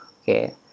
okay